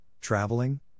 traveling